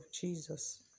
Jesus